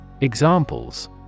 Examples